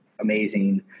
amazing